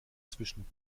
zwischen